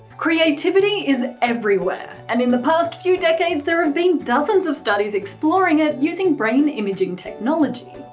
creativity is everywhere! and in the past few decades, there have been dozens of studies exploring it using brain imaging technology.